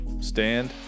stand